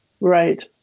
right